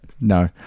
No